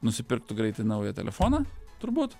nusipirktų greitai naują telefoną turbūt